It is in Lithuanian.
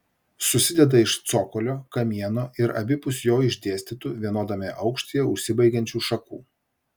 susideda iš cokolio kamieno ir abipus jo išdėstytų vienodame aukštyje užsibaigiančių šakų